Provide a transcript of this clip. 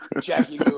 Jackie